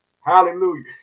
hallelujah